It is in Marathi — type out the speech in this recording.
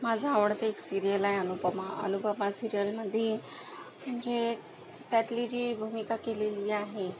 माझं आवडतं एक सीरियल आहे अनुपमा अनुपमा सीरियलमध्ये म्हणजे त्यातली जी भूमिका केलेली आहे